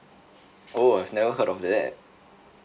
oh I've never heard of that